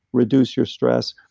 reduce your stress,